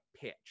pitch